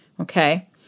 Okay